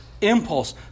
impulse